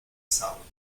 salvo